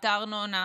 את הארנונה,